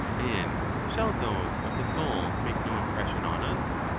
and shall those of the soul make no impression on us?